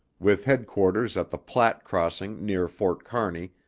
with headquarters at the platte crossing near fort kearney,